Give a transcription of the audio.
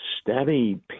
steady